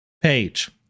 Page